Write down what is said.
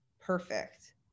perfect